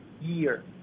year